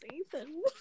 Ethan